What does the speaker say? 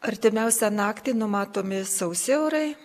artimiausią naktį numatomi sausi orai